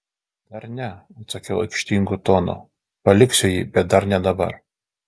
dar ne atsakiau aikštingu tonu paliksiu jį bet dar ne dabar